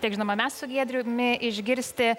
tiek žinoma mes su giedriu mi išgirsti